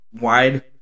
wide